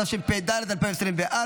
התשפ"ד 2024,